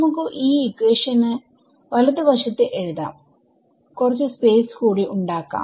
നമുക്ക് ഈ ഇക്വേഷൻ വലത് വശത്തു എഴുതാം കുറച്ചു സ്പേസ് കൂടി ഉണ്ടാക്കാം